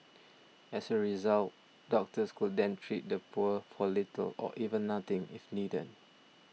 as a result doctors could then treat the poor for little or even nothing if needed